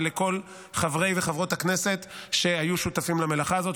ולכל חברי וחברות הכנסת שהיו שותפים למלאכה הזאת,